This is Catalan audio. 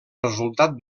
resultat